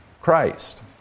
Christ